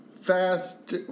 fast